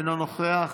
אינו נוכח,